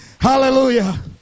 hallelujah